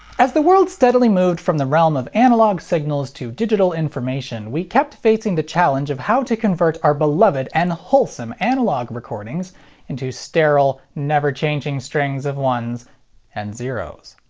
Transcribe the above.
as the world steadily moved from the realm of analog signals to digital information, we kept facing the challenge of how to convert our beloved and wholesome analog recordings into sterile, never-changing strings of ones and zeroes.